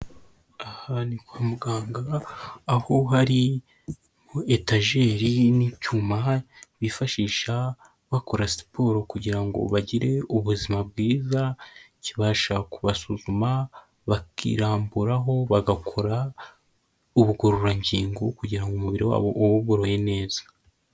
Aha ni kwa muganga aho hari etajeri n'icyuma bifashisha bakora siporo kugira ngo bagire ubuzima bwiza, kibasha kubasuzuma bakiramburaho bagakora ubugorora ngingo kugira ngo umubiri wabo ube ugoroye neza.